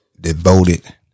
devoted